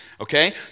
Okay